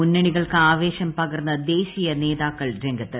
മുന്നണികൾക്ക് ആവേശം പകർന്ന ദേശീയ നേതാക്കൾ രംഗത്ത്